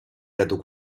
dato